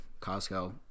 Costco